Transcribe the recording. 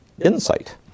insight